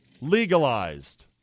legalized